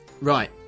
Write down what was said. right